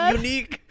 unique